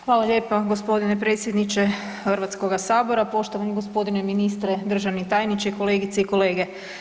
Hvala lijepa gospodine predsjedniče Hrvatskoga sabora, poštovani gospodine ministre, državni tajniče, kolegice i kolege.